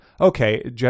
okay